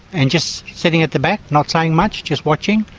and just sitting at the back, not saying much, just watching,